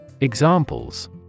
Examples